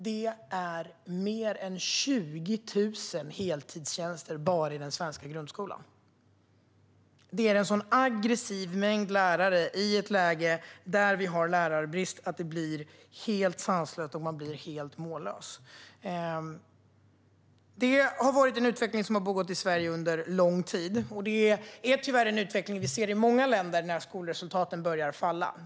Det är mer än 20 000 heltidstjänster bara i den svenska grundskolan. Det är en sådan aggressiv mängd lärare i ett läge där vi har lärarbrist att det blir helt sanslöst och man blir helt mållös. Detta är en utveckling som har pågått i Sverige under lång tid. Och det är tyvärr en utveckling som vi ser i många länder där skolresultaten börjar falla.